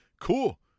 cool